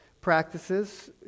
practices